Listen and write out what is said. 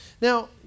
Now